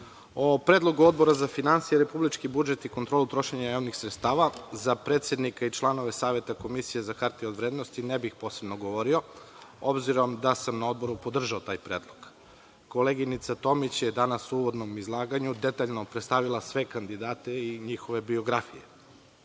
o Predlogu Odbora za finansije, republički budžet i kontrolu trošenja javnih sredstava za predsednika i članove Saveta komisije za hartije od vrednosti ne bih posebno govorio, obzirom da sam na Odboru podržao taj predlog. Koleginica Tomić je danas u uvodnom izlaganju detaljno predstavila sve kandidate i njihove biografije. Osvrnuo